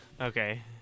Okay